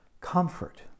Comfort